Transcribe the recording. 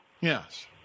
Yes